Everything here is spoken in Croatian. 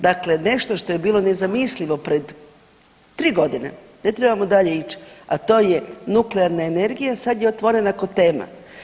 Dakle, nešto što je bilo nezamislivo pret 3.g., ne trebamo dalje ić, a to je nuklearna energija, sad je otvorena ko tema.